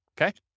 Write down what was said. Okay